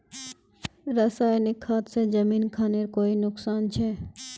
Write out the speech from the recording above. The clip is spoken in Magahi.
रासायनिक खाद से जमीन खानेर कोई नुकसान छे?